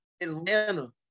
Atlanta